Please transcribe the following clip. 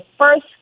first